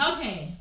Okay